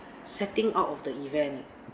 setting out of the event